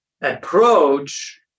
Approach